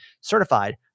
Certified